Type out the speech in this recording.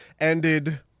ended